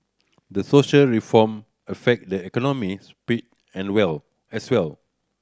the social reform affect the economic sphere and well as well